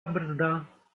brzda